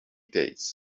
days